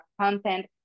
content